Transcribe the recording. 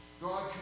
God